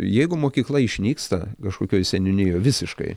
jeigu mokykla išnyksta kažkokioj seniūnijoj visiškai